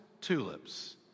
tulips